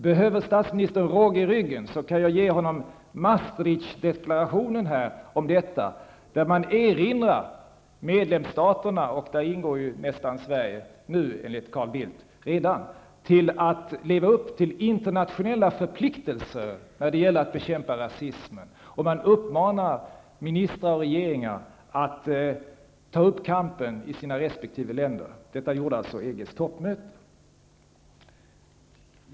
Behöver statsministern råg i ryggen, kan jag ge honom Maastrichtdeklarationen om detta. Där erinrar man medlemsstaterna -- och där ingår nästan Sverige redan enligt Carl Bildt -- om att de skall leva upp till internationella förpliktelser när det gäller att bekämpa rasismen. Man uppmanar ministrar och regeringar att ta upp kampen i sina resp. länder. Den uppmaningen framfördes alltså på EG:s toppmöte.